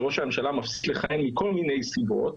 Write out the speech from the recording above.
ראש הממשלה מפסיק לכהן מכל מיני סיבות,